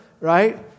right